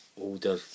older